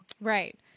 right